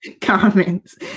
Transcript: comments